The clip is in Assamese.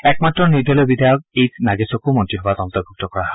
একমাত্ৰ নিৰ্দলীয় বিধায়ক এইছ নাগেশকো মন্ত্ৰীসভাত অন্তৰ্ভূক্ত কৰা হয়